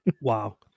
wow